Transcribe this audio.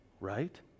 right